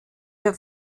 für